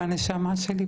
בנשמה שלי,